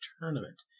tournament